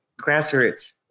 Grassroots